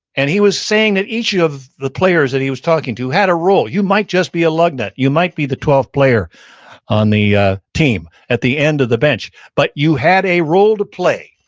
and he was saying that each of the players that he was talking to had a role. you might just be a lug nut. you might be the twelfth player on the ah team at the end of the bench. but you had a role to play,